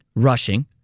rushing